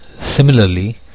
Similarly